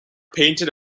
painted